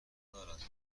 دارد